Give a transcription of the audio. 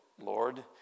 Lord